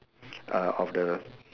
of the